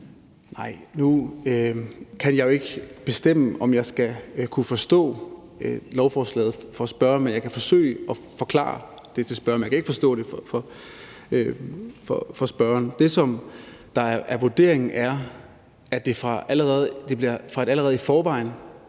(S): Nu kan jeg ikke bestemme, om jeg skal kunne forstå lovforslaget for at spørge. Jeg kan forsøge at forklare det til spørgeren, men jeg kan ikke forstå det for spørgeren. Det, der er vurderingen, er, at trusselsniveauet, der i forvejen